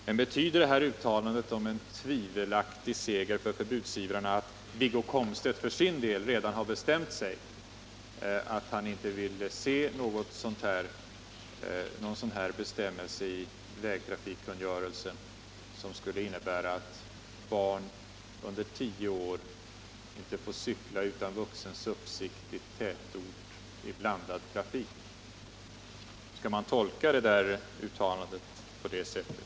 Men betyder uttalandet om en tvivelaktig seger för förbudsivrarna att Wiggo Komstedt för sin del redan har bestämt sig för att han inte vill se någon bestämmelse i vägtrafikkungörelsen, som skulle innebära att barn under tio år inte får cykla vid blandad trafik i tätort utom under vuxens uppsikt? Skall uttalandet tolkas på det sättet?